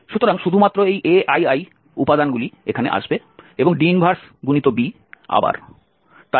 সুতরাং শুধুমাত্র এই aii উপাদানগুলি এখানে আসবে এবং D 1b আবার তাই এই bi আসবে